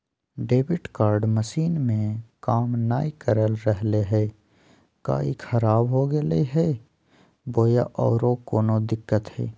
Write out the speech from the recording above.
Debit card machine में काम नाय कर रहले है, का ई खराब हो गेलै है बोया औरों कोनो दिक्कत है?